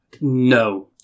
No